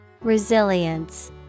Resilience